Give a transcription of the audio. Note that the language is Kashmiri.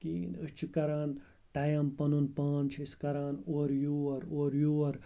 کِہیٖنۍ أسۍ چھِ کَران ٹایِم پَنُن پان چھِ أسۍ کَران اورٕ یور اورٕ یور